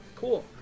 Cool